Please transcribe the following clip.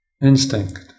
instinct